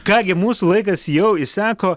ką gi mūsų laikas jau išseko